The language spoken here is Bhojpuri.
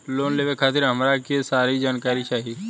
लोन लेवे खातीर हमरा के सारी जानकारी चाही?